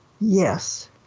Yes